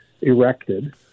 erected